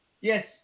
Yes